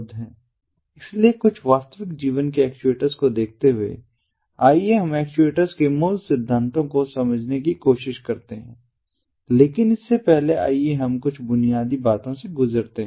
इसलिए कुछ वास्तविक जीवन के एक्चुएटर्स को देखते हुए आइए हम एक्चुएटर्स के मूल सिद्धांतों को समझने की कोशिश करते हैं लेकिन इससे पहले आइए हम कुछ बुनियादी बातों से गुजरते हैं